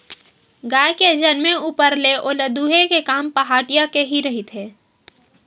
गाय के जनमे ऊपर ले ओला दूहे के काम पहाटिया के ही रहिथे